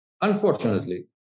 Unfortunately